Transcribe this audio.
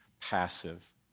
passive